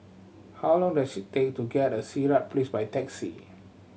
how long does it take to get at Sirat Place by taxi